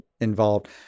involved